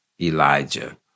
Elijah